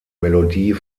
melodie